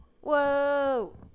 Whoa